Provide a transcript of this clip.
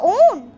own